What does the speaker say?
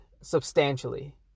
substantially